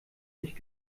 nicht